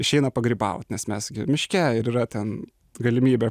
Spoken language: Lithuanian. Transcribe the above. išeina pagrybaut nes mes miške ir yra ten galimybė